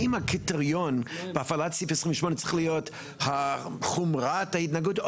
האם הקריטריון בהפעלת סעיף 28 צריך להיות חומרת ההתנגדות,